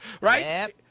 right